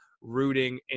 rooting